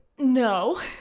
No